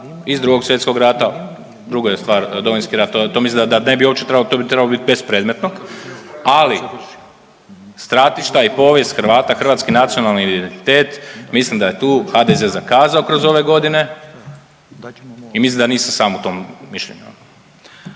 iz Drugog svjetskog rata, druga je stvar Domovinski rat, to, to mislim da ne bi uopće trebalo, to bi trebalo bit bespredmetno, ali stratišta i povijest Hrvata, hrvatski nacionalni identitet, mislim da je tu HDZ zakazao kroz ove godine i mislim da nisam sam u tom mišljenju.